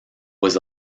was